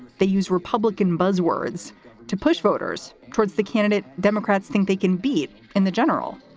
they use republican buzzwords to push voters towards the candidate democrats think they can beat in the general.